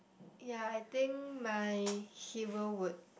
ya I think my hero would